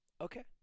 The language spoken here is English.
Okay